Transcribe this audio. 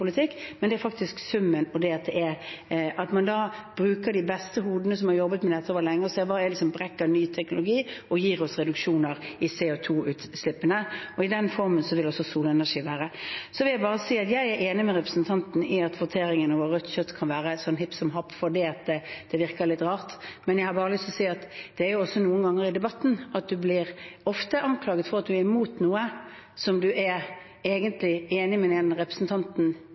Det er faktisk summen – at man bruker de beste hodene som har jobbet med dette over lengre tid, og ser hva det er som «brekker» ny teknologi og gir oss reduksjoner i CO 2 -utslippene. I den formen vil også solenergi være. Så vil jeg bare si at jeg er enig med representanten Lysbakken i at voteringen over rødt kjøtt kan være hipp som happ fordi det virker litt rart. Jeg har bare lyst til å si at det er også noen ganger i debatter at man blir anklaget for at man er imot noe, men hvor man egentlig er enig med representanten